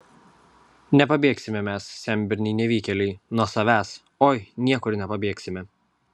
nepabėgsime mes senberniai nevykėliai nuo savęs oi niekur nepabėgsime